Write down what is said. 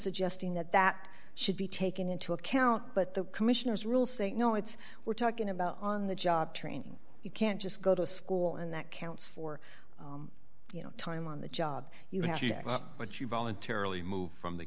suggesting that that should be taken into account but the commissioners rule saying no it's we're talking about on the job training you can't just go to school and that counts for you know time on the job you have but you voluntarily move from the